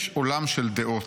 יש עולם של דעות.